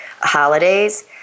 holidays